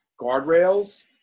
guardrails